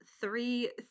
three